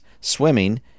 swimming